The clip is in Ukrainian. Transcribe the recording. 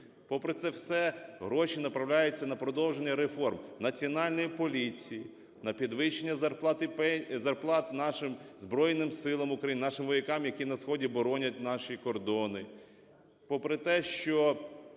попри це все гроші направляються на продовження реформ, Національній поліції, на підвищення зарплат нашим Збройним Силам України, нашим воякам, які на сході боронять наші кордони. Попри те, що